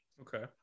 Okay